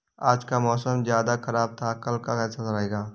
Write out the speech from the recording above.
आज का मौसम ज्यादा ख़राब था कल का कैसा रहेगा?